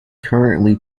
currently